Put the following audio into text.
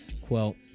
quote